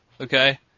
Okay